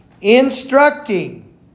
instructing